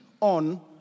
on